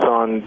on